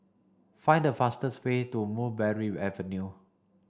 find the fastest way to Mulberry Avenue